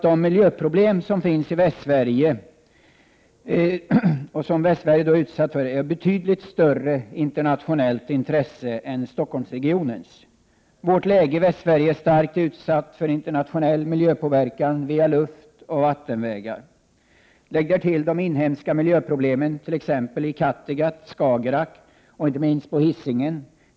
De miljöproblem som Västsverige är utsatt för är av betydligt större internationellt intresse än Stockholmsregionens. Vårt läge i Västsverige är starkt utsatt för internationell miljöpåverkan via luftoch vattenvägar. Lägg därtill de inhemska miljöproblemen it.ex. Kattegatt och Skagerrak och inte minst på Hisingen.